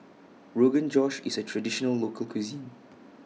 Rogan Josh IS A Traditional Local Cuisine